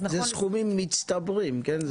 אלו סכומים מצטברים, כן?